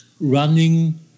running